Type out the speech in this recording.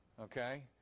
okay